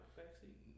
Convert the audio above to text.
backseat